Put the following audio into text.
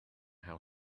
how